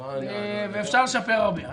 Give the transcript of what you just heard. ואפשר לשפר הרבה.